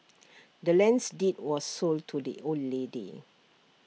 the land's deed was sold to the old lady